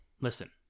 Listen